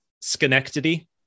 schenectady